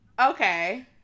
okay